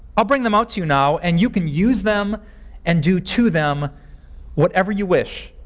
i'll bring them out to you now and you can use them and do to them whatever you wish.